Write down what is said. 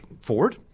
Ford